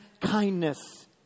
kindness